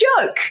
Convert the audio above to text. joke